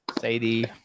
Sadie